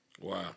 Wow